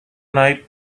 night